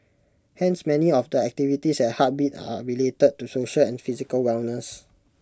hence many of the activities at heartbeat are related to social and physical wellness